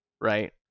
right